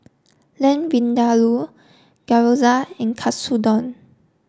Lamb Vindaloo Gyoza and Katsudon